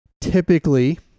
Typically